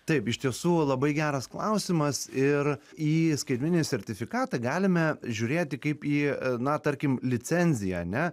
taip iš tiesų labai geras klausimas ir į skaitmeninį sertifikatą galime žiūrėti kaip į na tarkim licenziją ane